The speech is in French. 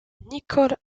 nicole